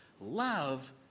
Love